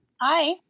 Hi